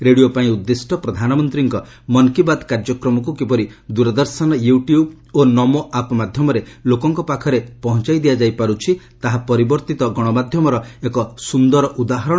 radio ପାଇଁ ଉଦ୍ଦିଷ୍ଟ ପ୍ରଧାନମନ୍ତ୍ରୀଙ୍କ ମନ୍ କି ବାତ୍ କାର୍ଯ୍ୟକ୍ରମକୁ କିପରି ଦୂରଦର୍ଶନ ୟୁଟୁବ୍ ଓ ନମୋ ଆପ୍ ମାଧ୍ୟମରେ ଲୋକଙ୍କ ପାଖରେ ପହଞ୍ଚାଇ ଦିଆଯାଇ ପାରୁଛି ତାହା ପରିବର୍ତ୍ତ ଗଣମାଧ୍ୟମର ଏକ ସୁନ୍ଦର ଉଦାହରଣ